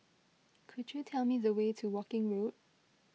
could you tell me the way to Woking Road